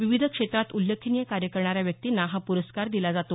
विविध क्षेत्रात उल्लेखनीय कार्य करणाऱ्या व्यक्तींना हा प्रस्कार दिला जातो